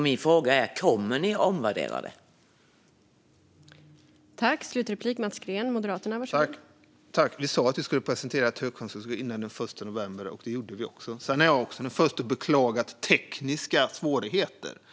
Min fråga är: Kommer ni att omvärdera detta?